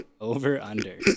Over-under